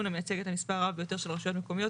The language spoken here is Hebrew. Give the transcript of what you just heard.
המייצג את המספר הרב ביותר של רשויות מקומיות.